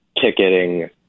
ticketing